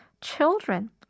children